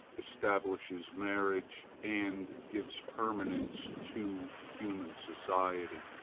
establishes marriage, and gives permanence to human society.